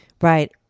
Right